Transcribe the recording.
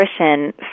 nutrition